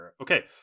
Okay